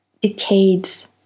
decades